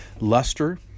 luster